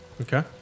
Okay